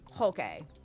Okay